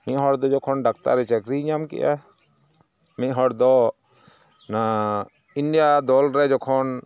ᱢᱤᱫᱦᱚᱲ ᱫᱚ ᱡᱚᱠᱷᱚᱱ ᱰᱟᱠᱛᱟᱨᱤ ᱪᱟᱹᱠᱨᱤᱭ ᱧᱟᱢ ᱠᱮᱜᱼᱟ ᱢᱤᱫᱦᱚᱲ ᱫᱚ ᱤᱱᱰᱤᱭᱟ ᱫᱚᱞᱨᱮ ᱡᱚᱠᱷᱚᱱ